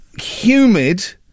humid